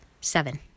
Seven